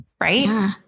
right